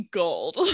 gold